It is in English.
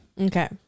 Okay